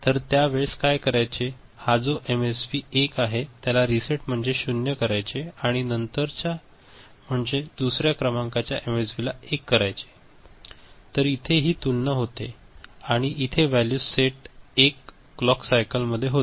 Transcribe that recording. तर त्या वेळेस काय करायचे तर हा एमएसबी जो 1 आहे त्याला रीसेट म्हणजे 0 करायचे आणि नंतर च्या म्हणजे दुसऱ्या क्रमांकाच्या एमएसबी ला 1 करायचे तर इथे हि तुलना होते आणि इथे व्हॅल्यू सेट 1 क्लॉक सायकल मध्ये होते